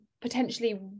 potentially